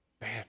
Man